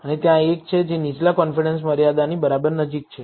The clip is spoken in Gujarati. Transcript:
અને ત્યાં એક છે જે નીચલા કોન્ફિડન્સ મર્યાદાની બરાબર નજીક છે